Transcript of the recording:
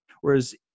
Whereas